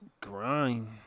Grind